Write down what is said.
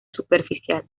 superficial